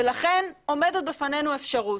ולכן עומדת בפנינו אפשרות.